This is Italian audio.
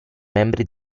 membri